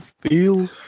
feel